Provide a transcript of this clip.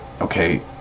okay